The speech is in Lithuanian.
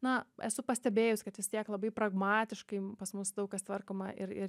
na esu pastebėjus kad vis tiek labai pragmatiškai pas mus daug kas tvarkoma ir ir